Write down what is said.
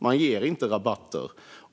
Man ger inte rabatter.